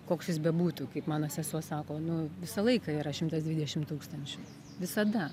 koks jis bebūtų kaip mano sesuo sako nu visą laiką yra šimtas dvidešim tūkstančių visada